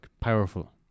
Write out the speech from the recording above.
powerful